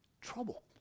Trouble